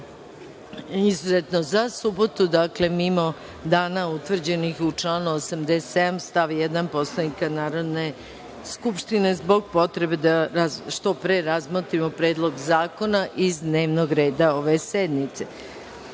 i izuzetno, za subotu, dakle mimo dana utvrđenog u članu 87. stav 1. Poslovnika Narodne skupštine, zbog potrebe da što pre razmotrimo predlog zakona iz dnevnog reda ove